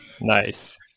Nice